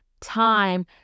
time